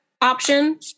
option